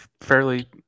fairly